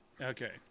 Okay